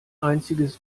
einziges